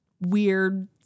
weird